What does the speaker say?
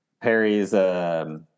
Perry's